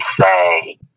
say